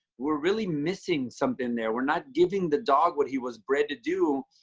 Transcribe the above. we're really missing something there. we're not giving the dog what he was bred to do.